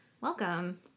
Welcome